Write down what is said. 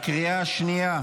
בקריאה השנייה.